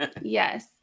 yes